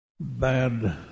bad